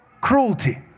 cruelty